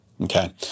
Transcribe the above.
Okay